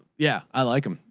yeah, i like him.